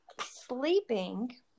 sleeping